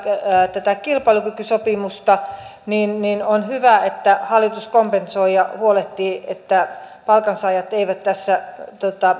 kilpailukykysopimusta on hyvä että hallitus kompensoi ja huolehtii että palkansaajat eivät tässä